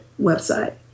website